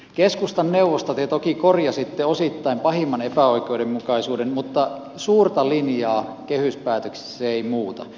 keskustan neuvosta te toki korjasitte osittain pahimman epäoikeudenmukaisuuden mutta suurta linjaa kehyspäätöksissä se ei muuta